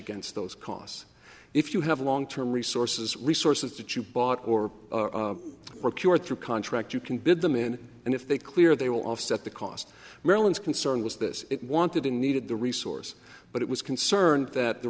against those costs if you have long term resources resources that you bought or procure through contract you can bid them in and if they clear they will offset the cost maryland's concern was this it wanted and needed the resource but it was concerned that the